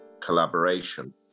collaboration